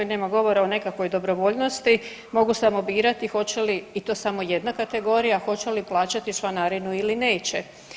Nema govora o nekakvoj dobrovoljnosti, mogu samo birati hoće li i to samo jedna kategorija, hoće li plaćati članarinu ili neće.